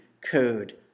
code